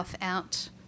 out